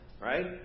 Right